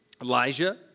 Elijah